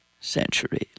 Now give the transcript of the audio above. century